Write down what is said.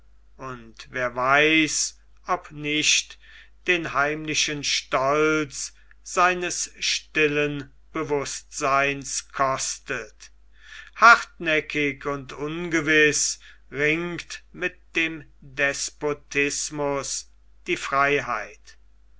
und wer weiß ob nicht den heimlichen stolz seines stillen bewußtseins kostet hartnäckig und ungewiß ringt mit dem despotismus die freiheit